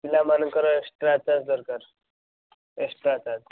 ପିଲାମାନଙ୍କର extra charge ଦରକାର extra charge